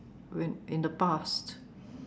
when in the past